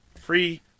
Free